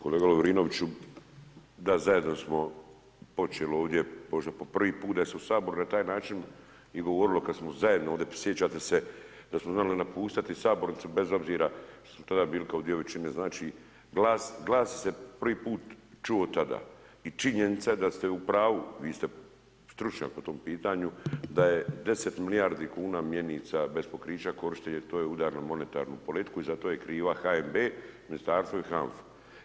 Kolega Lovrinoviću, da zajedno smo počeli ovdje možda po prvi put da se u Saboru na taj način i govorilo kad smo zajedno, sjećate se kad smo morali napuštati sabornicu, bez obzira što smo tada bili kao dio većine, znači glas se prvi put čuo tada i činjenica je da ste u pravu, vi ste stručnjak po tom pitanju, da je 10 milijardi kuna mjernica bez pokrića korišteno u tu udarnu monetarnu politiku i za to je kriva HNB, ministarstvo i HANFA.